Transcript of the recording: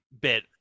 bit